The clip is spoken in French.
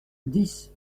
dix